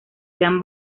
sean